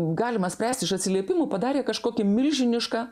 galima spręst iš atsiliepimų padarė kažkokį milžinišką